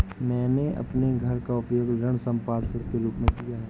मैंने अपने घर का उपयोग ऋण संपार्श्विक के रूप में किया है